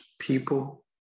people